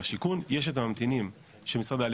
יש את הממתינים של משרד הבינוי והשיכון,